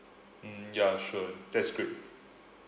mm ya sure that's great